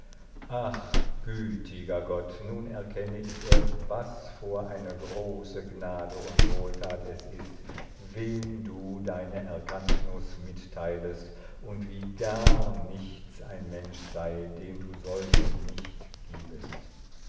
ach gütiger gott nun erkenne ich erst was vor eine große gnade und wohltat es ist wem du deine erkanndnus mitteilest und wie gar nichts ein mensch sei dem du solche nicht gibest